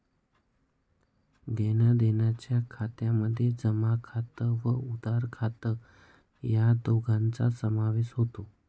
देण्याघेण्याच्या खात्यामध्ये जमा खात व उधार खात या दोघांचा समावेश होतो